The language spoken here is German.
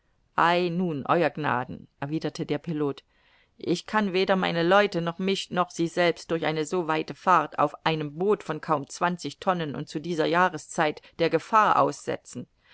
nun ew gnaden erwiderte der pilot ich kann weder meine leute noch mich noch sie selbst durch eine so weite fahrt auf einem boot von kaum zwanzig tonnen und zu dieser jahreszeit der gefahr aussetzen